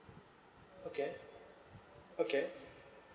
okay okay